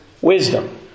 wisdom